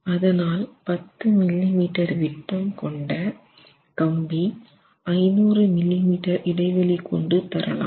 அதனால் 10 millimetre விட்ட கொண்ட கம்பி 500 மில்லிமீட்டர் இடைவெளி கொண்டு தரலாம்